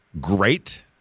great